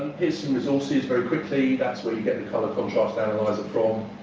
here's some resources very quickly. that's where you get the colour contrast analyzer from.